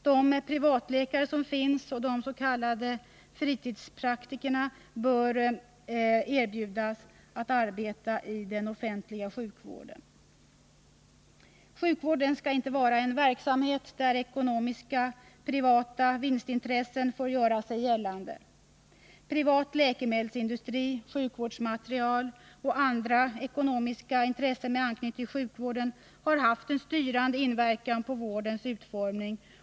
De privatläkare som finns och de s.k. fritidspraktikerna bör erbjudas att arbeta i den offentliga sjukvården. Siukvård skall inte vara en verksamhet där privata ekonomiska vinstintressen får göra sig gällande. Privat läkemedelsindustri, sjukvårdsmaterial och andra ekonomiska intressen med anknytning till sjukvården har haft en styrande inverkan på vårdens utformning.